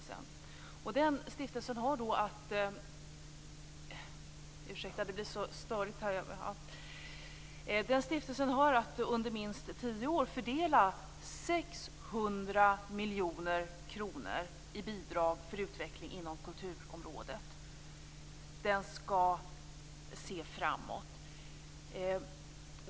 Stiftelsen har att under minst tio år fördela 600 miljoner kronor i bidrag för utveckling inom kulturområdet. Den skall se framåt.